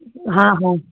हा हा